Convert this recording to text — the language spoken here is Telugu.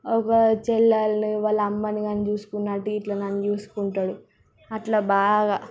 ఒక చెల్లెళ్లు వాళ్ళ అమ్మని కానీ చూసుకున్నట్టు ఇట్లా నన్ను చూసుకుంటాడు అట్లా బాగా